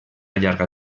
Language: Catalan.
llarga